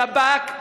שב"כ,